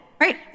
Right